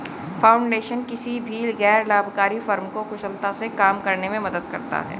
foundation किसी भी गैर लाभकारी फर्म को कुशलता से काम करने में मदद करता हैं